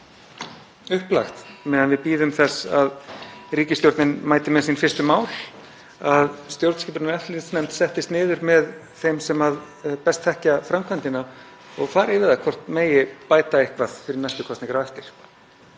kannski upplagt, meðan við bíðum þess að ríkisstjórnin mæti með sín fyrstu mál, að stjórnskipunar- og eftirlitsnefnd settist niður með þeim sem best þekkja framkvæmdina og færi yfir það hvort eitthvað megi bæta fyrir næstu kosningar á eftir.